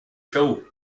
show